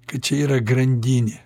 kad čia yra grandinė